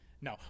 No